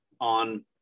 on